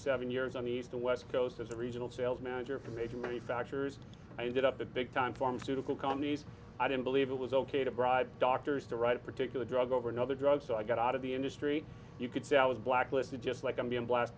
seven years on the east or west coast as a regional sales manager for major manufacturers i did up to big time pharmaceutical companies i didn't believe it was ok to bribe doctors to write a particular drug over another drug so i got out of the industry you could see i was blacklisted just like i'm being blast